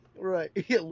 Right